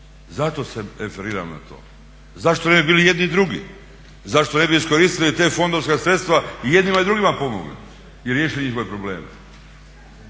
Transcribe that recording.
zato se referiram na to. Zašto ne bi bili i jedni i drugi, zašto ne bi iskoristili ta fondovska sredstva i jednima i drugima pomogli i riješili njihove probleme?